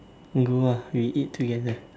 go ah we eat together